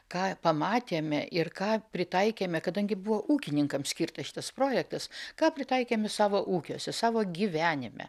ką pamatėme ir ką pritaikėme kadangi buvo ūkininkams skirta šitas projektas ką pritaikėme savo ūkiuose savo gyvenime